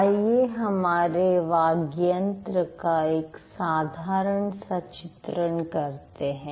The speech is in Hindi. आइए हमारे वाग्यंत्र का एक साधारण सा चित्रण करते हैं